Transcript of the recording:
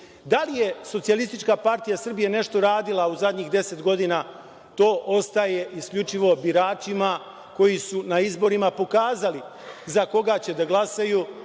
ni prikriti. Da li je SPS nešto radila u zadnjih deset godina, to ostaje isključivo biračima koji su na izborima pokazali za koga će da glasaju,